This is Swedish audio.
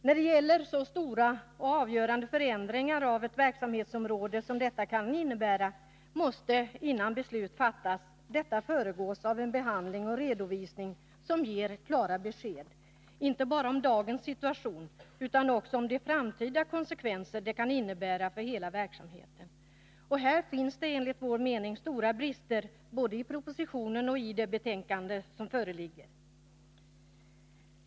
När det gäller så stora och avgörande förändringar av ett verksamhetsområde som detta kan innebära måste ett beslut föregås av behandling och redovisning som ger klara besked inte bara om dagens situation, utan också om de framtida konsekvenser det kan innebära för hela verksamheten. Och här finns det enligt vår mening stora brister både i propositionen och i det betänkande som föreligger.